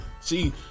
See